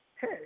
Hey